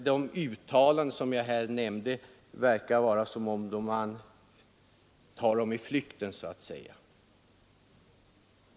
De uttalanden man gjorde verkade vara tagna i flykten.